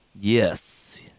Yes